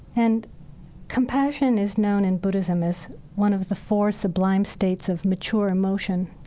and compassion is known in buddhism as one of the four sublime states of mature emotion.